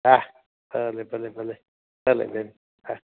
હાં ભલે ભલે ભલે બેન હાં